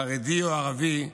חרדי או ערבי,